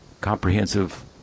comprehensive